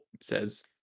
says